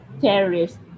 terrorists